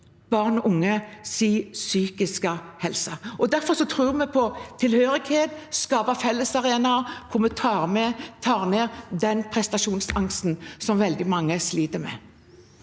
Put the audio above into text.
barn og unges psykiske helse. Derfor tror vi på tilhørighet, på å skape fellesarenaer der vi tar ned den prestasjonsangsten som veldig mange sliter med.